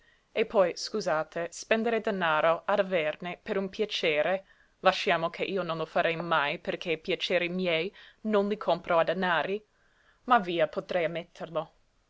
e poi scusate spendere denaro ad averne per un piacere lasciamo che io non lo farei mai perché i piaceri miei non mi compro a denari ma via potrei ammetterlo